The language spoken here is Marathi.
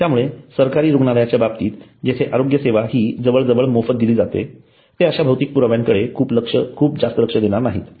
त्यामुळे सरकारी रुग्णालयाच्या बाबतीत जेथे आरोग्यसेवा ही जवळजवळ मोफत दिली जाते ते अश्या भौतिक पुराव्याकडे खूप जास्त लक्ष देणार नाहीत